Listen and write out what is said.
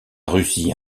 russie